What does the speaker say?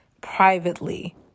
privately